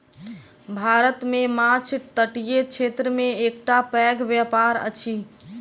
भारत मे माँछ तटीय क्षेत्र के एकटा पैघ व्यापार अछि